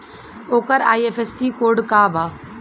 ओकर IFSC code का बा?